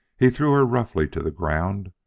he threw her roughly to the ground,